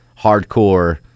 hardcore